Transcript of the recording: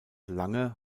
lange